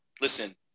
listen